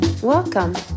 Welcome